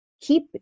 Keep